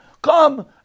Come